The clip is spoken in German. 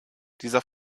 dieser